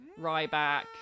ryback